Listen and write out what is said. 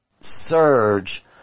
surge